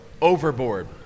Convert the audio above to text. overboard